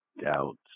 doubts